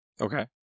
Okay